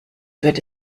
würde